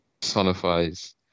personifies